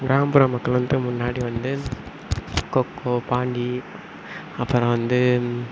கிராமப்புற மக்கள் வந்துட்டு முன்னாடி வந்து கொக்கோ பாண்டி அப்புறம் வந்து